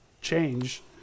change